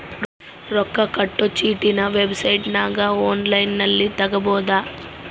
ರೊಕ್ಕ ಕಟ್ಟೊ ಚೀಟಿನ ವೆಬ್ಸೈಟನಗ ಒನ್ಲೈನ್ನಲ್ಲಿ ತಗಬೊದು